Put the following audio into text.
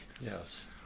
Yes